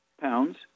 pounds